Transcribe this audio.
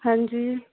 ਹਾਂਜੀ